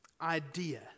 idea